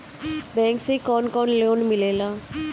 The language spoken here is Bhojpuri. बैंक से कौन कौन लोन मिलेला?